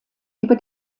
über